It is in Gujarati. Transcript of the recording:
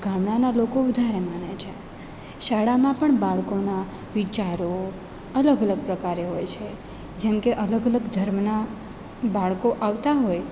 ગામડાનાં લોકો વધારે માને છે શાળામાં પણ બાળકોના વિચારો અલગ અલગ પ્રકારે હોય છે જેમ કે અલગ અલગ ધર્મના બાળકો આવતા હોય